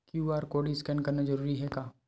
QR code scan करना जरूरी हे का?